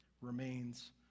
remains